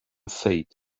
fate